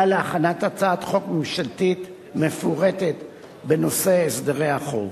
להכנת הצעת חוק ממשלתית מפורטת בנושא הסדרי החוב.